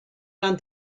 ran